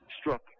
struck